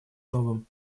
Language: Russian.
новым